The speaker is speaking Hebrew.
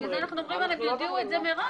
בגלל זה אנחנו אומרים שיודיעו את זה מראש.